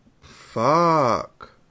Fuck